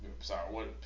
sorry